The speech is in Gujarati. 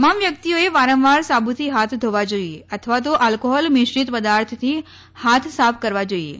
તમામ વ્યક્તિઓએ વારંવાર સાબુથી હાથ ધોવા જોઈએ અથવા તો આલ્કોહોલ મિશ્રિત પદાર્થથી હાથ સાફ કરવા જોઈએ